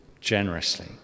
generously